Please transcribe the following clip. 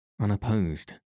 unopposed